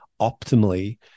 optimally